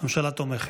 הממשלה תומכת.